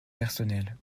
personnel